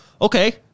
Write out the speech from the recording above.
okay